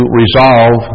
resolve